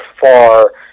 far